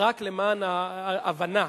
רק למען ההבנה,